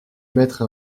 mettre